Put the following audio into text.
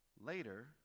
Later